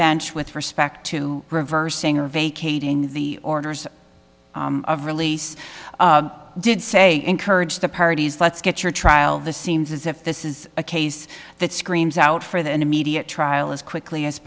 bench with respect to reversing or vacating the orders of release did say encourage the parties let's get your trial the seems as if this is a case that screams out for the immediate trial as quickly as